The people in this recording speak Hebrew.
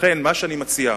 לכן, מה שאני מציע,